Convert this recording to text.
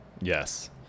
Yes